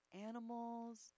animals